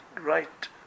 right